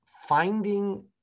finding